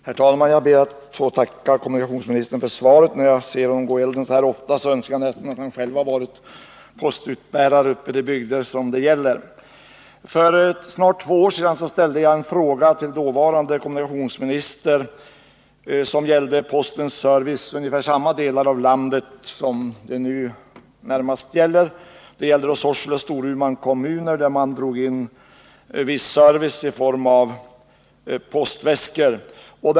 Herr talman! Jag ber att få tacka kommunikationsministern för svaret. När jag ser honom gå i elden så här ofta, önskar jag nästan att han själv varit postutbärare i de bygder det gäller. För snart två år sedan ställde jag till dåvarande kommunikationsministern en fråga som gällde postservicen i ungefär samma delar av landet som det nu närmast är fråga om. Det gällde då Sorsele och Storumans kommuner, där posten drog in viss service i form av postväskor.